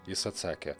jis atsakė